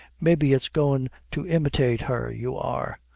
maybe it's goin' to imitate her you are.